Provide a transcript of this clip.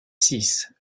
six